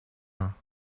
ans